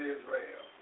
Israel